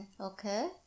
Okay